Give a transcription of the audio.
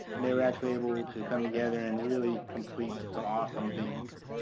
and they were actually able to come together and really complete some awesome things.